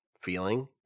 feeling